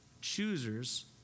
choosers